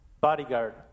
bodyguard